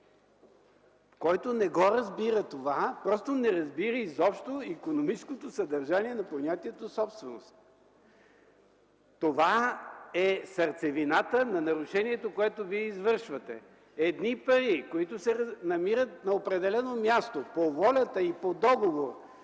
Който не разбира това, просто изобщо не разбира икономическото съдържание на понятието „собственост”. Това е сърцевината на нарушението, което вие извършвате. Едни пари, които се намират на определено място по волята и по договор